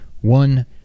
one